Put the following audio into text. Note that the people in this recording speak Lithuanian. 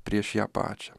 prieš ją pačią